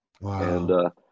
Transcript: Wow